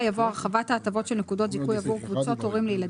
אל תחשבו מה ייתן לכם כותרות כי אם באמת הייתם